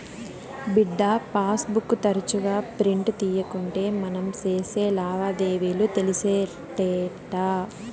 బిడ్డా, passbook తరచుగా print తీయకుంటే మనం సేసే లావాదేవీలు తెలిసేటెట్టా